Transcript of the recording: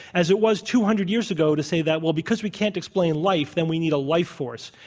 as it was two hundred years ago to say that, well, because we can't explain life, then we need a life force.